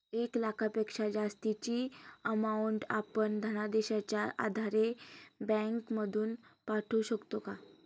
एक लाखापेक्षा जास्तची अमाउंट आपण धनादेशच्या आधारे बँक मधून पाठवू शकतो का?